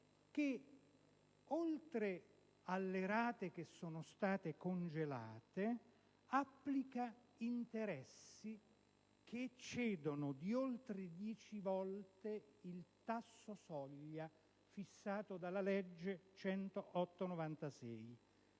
oltre alle rate che sono state congelate applica interessi che eccedono di oltre dieci volte il tasso soglia fissato dalla legge 8